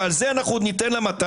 ועל זה ניתן לה מתנה?